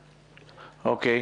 --- אוקיי.